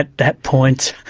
ah that point,